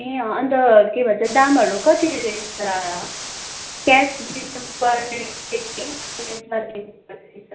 ए अन्त के भन्छ दामहरू कति रहेछ क्यास दिनु पर्ने